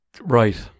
Right